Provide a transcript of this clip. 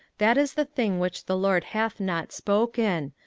that is the thing which the lord hath not spoken,